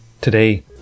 Today